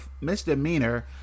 misdemeanor